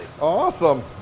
Awesome